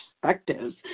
perspectives